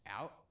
out